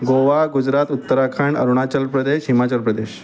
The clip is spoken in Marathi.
गोवा गुजरात उत्तराखंड अरुणाचल प्रदेश हिमाचल प्रदेश